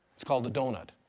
it's called a donut.